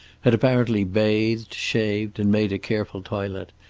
had apparently bathed, shaved and made a careful toilet,